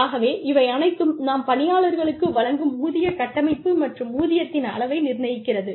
ஆகவே இவை அனைத்தும் நாம் பணியாளர்களுக்கு வழங்கும் ஊதிய கட்டமைப்பு மற்றும் ஊதியத்தின் அளவை நிர்ணயிக்கிறது